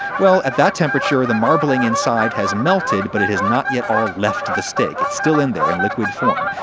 well, at that temperature, the marbling inside has melted, but it has not yet all left the steak. it's still in there, in liquid form.